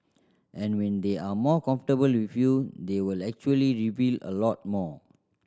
and when they are more comfortable with you they will actually reveal a lot more